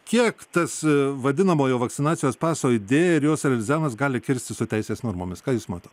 kiek tas vadinamojo vakcinacijos paso idėja ir jos realizavimas gali kirstis su teisės normomis ką jūs matot